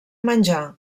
menjar